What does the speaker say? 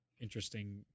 interesting